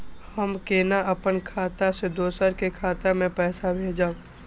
हम केना अपन खाता से दोसर के खाता में पैसा भेजब?